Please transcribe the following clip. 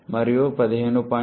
మరియు అది 15